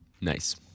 Nice